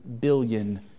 billion